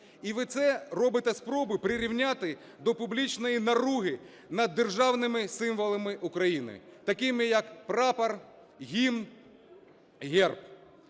І ви цим робите спробу прирівняти до публічної наруги над державними символами України, такими, як Прапор, Гімн, Герб.